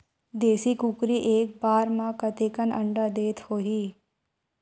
देशी कुकरी एक बार म कतेकन अंडा देत होही?